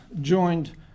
joined